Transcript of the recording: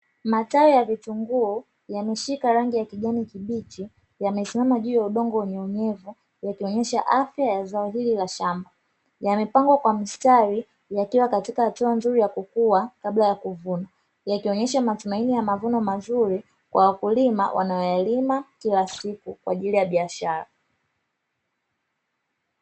Matawi ya vitunguu yameshika rangi ya kijani kibichi yamesimama juu ya udongo wenye unyevu yakionyesha afya ya zao hili la shamba, yamepangwa kwa mistari yakiwa katika hatua nzuri ya kukua kabla ya kuvunwa, yakionyesha matumaini ya mavuno mazuri kwa wakulima wanayalima kila siku kwa ajili ya biashara.